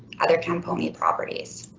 other camponi properties?